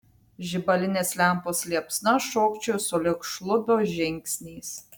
žibalinės lempos liepsna šokčiojo sulig šlubio žingsniais